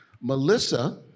Melissa